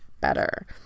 better